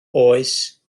oes